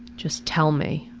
just tell me.